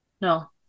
No